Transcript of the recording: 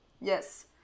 yes